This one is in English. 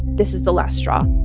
this is the last straw